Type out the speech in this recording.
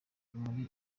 muri